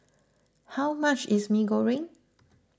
how much is Mee Goreng